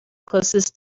closest